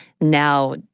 now